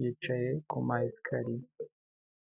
yicaye ku ma esikariye.